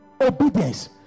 Obedience